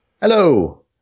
Hello